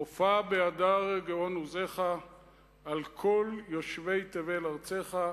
הופע בהדר גאון עוזך על כל יושבי תבל ארצך,